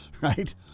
Right